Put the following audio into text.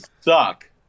suck